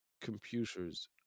computers